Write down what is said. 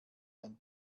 ein